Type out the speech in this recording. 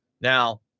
now